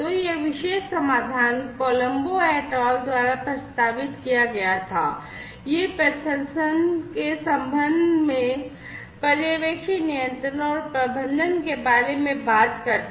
तो यह विशेष समाधान Colombo et al द्वारा प्रस्तावित किया गया था यह प्रसंस्करण के संदर्भ में पर्यवेक्षी नियंत्रण और प्रबंधन के बारे में बात करता है